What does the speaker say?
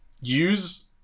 Use